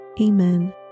Amen